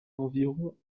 environ